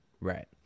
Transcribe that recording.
Right